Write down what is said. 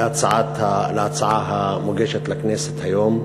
להצעה המוגשת לכנסת היום: